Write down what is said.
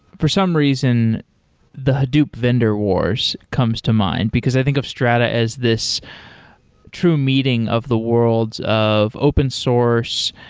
for some reason the hadoop vendor wars comes to mind, because i think of strata as this true meeting of the worlds of open source,